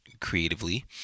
creatively